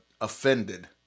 offended